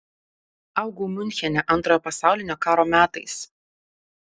augau miunchene antrojo pasaulinio karo metais